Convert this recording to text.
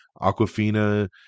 Aquafina